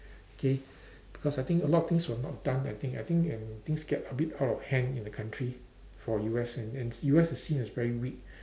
K because I think a lot of things were not done I think I think and things get a bit out of hand in the country for U_S and and U_S is seen as very weak